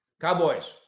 Cowboys